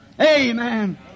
Amen